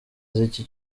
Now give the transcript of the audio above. z’iki